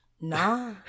Nah